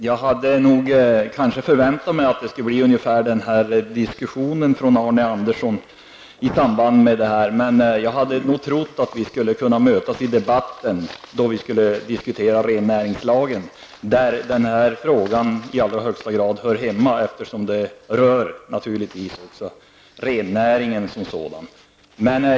Fru talman! Jag hade förväntat mig ungefär denna diskussion från Arne Andersson i Ljung i samband med detta ärende. Men jag hade nog trott att vi skulle kunna mötas i debatten, då vi skulle diskutera rennäringslagen, där denna fråga i allra högsta grad hör hemma, eftersom den rör rennäringen som sådan.